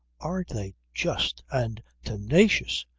aren't they just! and tenacious!